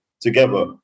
together